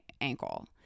ankle